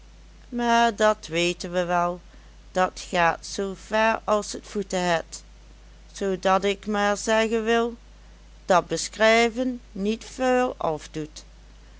maar dat weten we wel dat gaat zoo ver as t voeten het zoodat ik maar zeggen wil dat beskrijven niet veul ofdoet